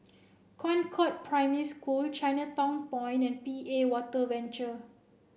Concord Primary School Chinatown Point and P A Water Venture